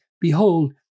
behold